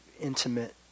intimate